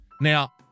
Now